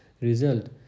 result